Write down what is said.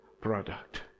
product